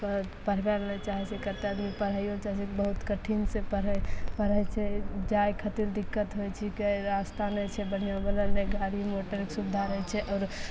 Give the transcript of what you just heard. कहाँ पढ़बै लए नहि चाहैत छै कतेक आदमी पढ़ैयो लए चाहैत छै बहुत कठिन छै पढ़ै पढ़ैकऽ लेल जाइ खातिर दिक्कत होइ छिकै रास्ता नहि छै बढ़िआँ बनल नहि गाड़ी मोटरके सुबिधा रहै छै आओरो